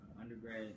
undergrad